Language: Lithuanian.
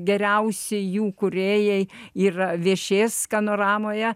geriausi jų kūrėjai yra viešės skanoramoje